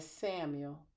Samuel